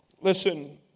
Listen